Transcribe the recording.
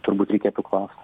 turbūt reikėtų klaust